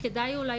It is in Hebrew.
וכדאי אולי,